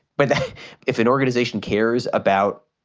but if an organization cares about,